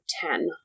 ten